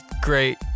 great